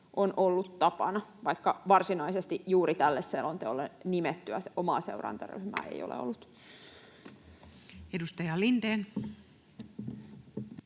on ollut tapana, vaikka varsinaisesti juuri tälle selonteolle nimettyä omaa seurantaryhmää ei